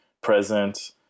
present